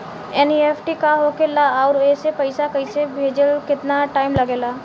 NEFT का होखे ला आउर एसे पैसा भेजे मे केतना टाइम लागेला?